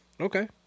Okay